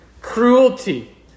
cruelty